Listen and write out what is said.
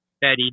Betty